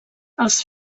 els